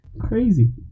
crazy